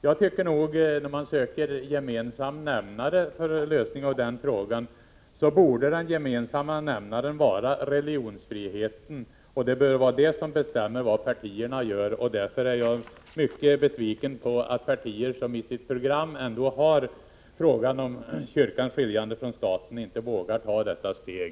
Jag tycker nog, när man söker en gemensam nämnare för en lösning av frågan, att den borde vara religionsfriheten och att den bör bestämma vad partierna gör. Därför är jag mycket besviken på att partier som i sitt program har frågan om kyrkans skiljande från staten inte vågar ta detta steg.